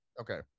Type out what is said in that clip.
Okay